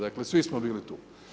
Dakle svi smo bili tu.